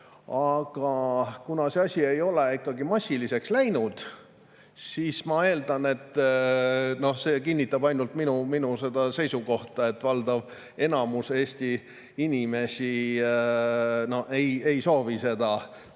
Aga kuna see asi ei ole ikkagi massiliseks muutunud, siis ma eeldan, et see ainult kinnitab minu seisukohta, et valdav enamus Eesti inimesi ei soovi